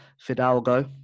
fidalgo